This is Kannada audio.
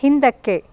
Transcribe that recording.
ಹಿಂದಕ್ಕೆ